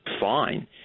fine